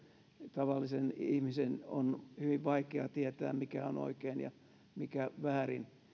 tavallisen ihmisen on hyvin vaikea tietää mikä on oikein ja mikä väärin